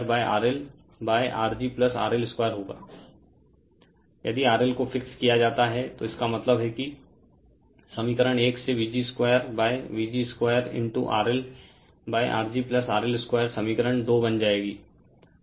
Refer Slide Time 2623 यदि RL को fixed किया जाता है तो इसका मतलब है कि समीकरण 1 से Vg2vg2RLRgRL2 समीकरण 2 बन जाएगी